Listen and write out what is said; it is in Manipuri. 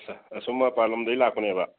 ꯑꯁꯁꯥ ꯑꯁꯣꯝ ꯃꯄꯥꯟꯂꯣꯝꯗꯒꯤ ꯂꯥꯛꯄꯅꯦꯕ